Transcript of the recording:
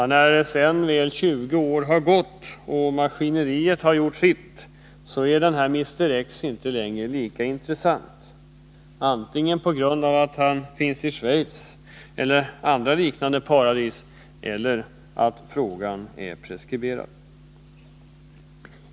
När sedan väl 20 år har gått och maskineriet har gjort sitt är han inte längre lika intressant — antingen på grund av att han finns i Schweiz eller liknande ”paradis” eller på grund av att brottet är preskriberat.